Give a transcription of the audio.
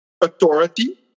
authority